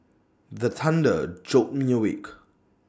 the thunder jolt me awake